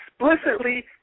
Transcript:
explicitly